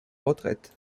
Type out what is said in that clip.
retraite